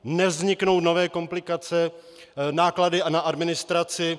Nevzniknou nové komplikace, náklady na administraci?